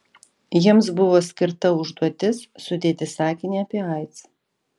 jiems buvo skirta užduotis sudėti sakinį apie aids